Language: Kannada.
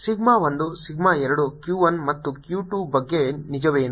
ಸಿಗ್ಮಾ 1 ಸಿಗ್ಮಾ 2 Q 1 ಮತ್ತು Q 2 ಬಗ್ಗೆ ನಿಜವೇನು